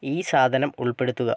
ഈ സാധനം ഉൾപ്പെടുത്തുക